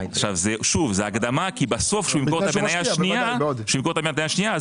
כשימכור את המניה השנייה,